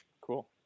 cool